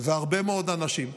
והרבה מאוד אנשים?